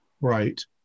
Right